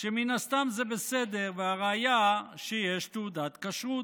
שמן הסתם זה בסדר, והראיה היא שיש תעודת כשרות.